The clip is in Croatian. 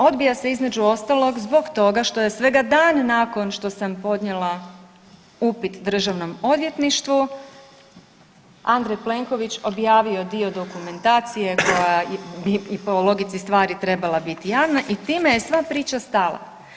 Odbija se između ostalog zbog toga što je svega dan nakon što sam podnijela upit Državnom odvjetništvu Andrej Plenković objavio dio dokumentacije koja bi i po logici stvari trebala biti javna i time je sva priča stala.